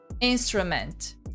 instrument